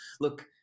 look